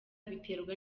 biterwa